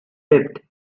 lived